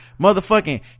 motherfucking